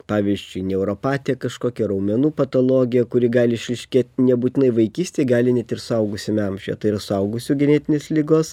pavyzdžiui neuropatija kažkokia raumenų patologija kuri gali išryškėt nebūtinai vaikystėj gali net ir suaugusiame amžiuje tai yra suaugusių genetinės ligos